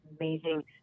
amazing